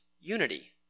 unity